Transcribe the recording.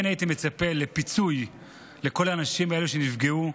הייתי מצפה לפיצוי לכל האנשים האלה שנפגעו,